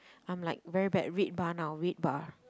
I'm like very bad red bar now red bar